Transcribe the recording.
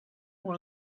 pour